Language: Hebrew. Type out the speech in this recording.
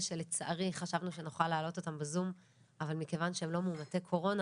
שלצערי חשבנו שנוכל להעלות אותם בזום אבל מכיוון שהם לא מאומתי קורונה,